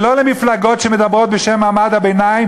ולא במפלגות שמדברות בשם מעמד הביניים